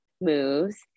moves